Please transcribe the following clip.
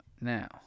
now